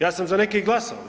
Ja sam za neke i glasao.